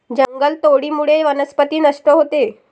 जंगलतोडीमुळे वनस्पती नष्ट होते